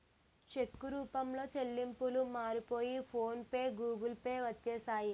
చెక్కు రూపంలో చెల్లింపులు మారిపోయి ఫోన్ పే గూగుల్ పే వచ్చేసాయి